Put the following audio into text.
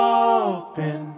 open